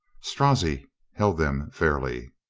strozzi held them fairly.